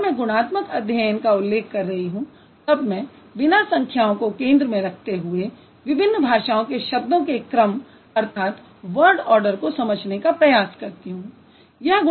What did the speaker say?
जब मैं गुणात्मक अध्ययन का उल्लेख कर रही हूँ तब मैं बिना संख्यायों को केंद्र में रखते हुए विभिन्न भाषाओं के शब्दों के क्रम को समझने का प्रयास करती हूँ